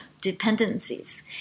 dependencies